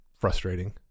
frustrating